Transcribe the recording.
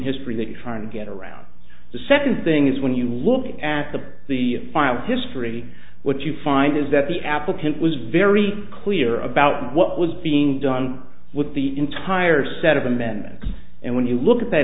history that trying to get around the second thing is when you look at the the final history what you find is that the applicant was very clear about what was being done with the entire set of amendments and when you look at that